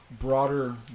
broader